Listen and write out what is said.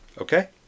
Okay